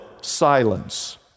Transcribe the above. silence